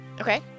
Okay